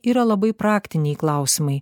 yra labai praktiniai klausimai